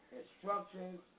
instructions